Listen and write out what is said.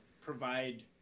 provide